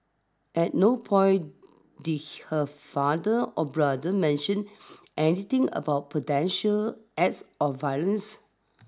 at no point did her father or brother mention anything about potential acts of violence